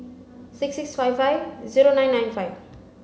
six six five five zero nine nine five